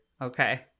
Okay